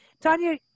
Tanya